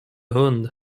hund